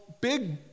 big